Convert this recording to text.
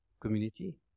community